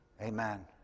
Amen